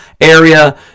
area